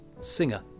singer